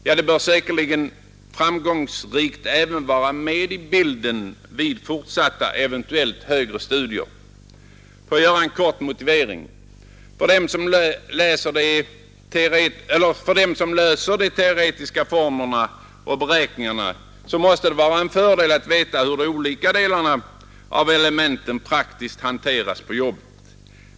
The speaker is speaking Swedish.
Ja, det bör säkerligen framgångsrikt även vara med i bilden vid fortsatta eventuellt högre studier. En kort motivering. För dem som löser de teoretiska formlerna och beräkningarna måste det vara en fördel att veta hur de olika delarna och elementen praktiskt hanteras på jobbet.